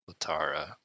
Latara